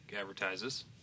advertises